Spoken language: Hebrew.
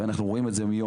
ואנחנו רואים את זה היום.